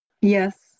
Yes